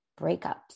breakups